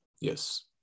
yes